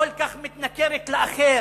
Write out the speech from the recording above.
כל כך מתנכרת לאחר,